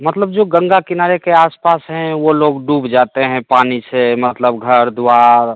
मतलब जो गंगा किनारे के आस पास हैं वो लोग डूब जाते हैं पानी से मतलब घर द्वार